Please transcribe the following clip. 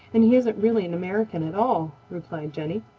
and he isn't really an american at all, replied jenny.